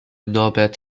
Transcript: norbert